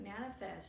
manifest